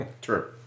True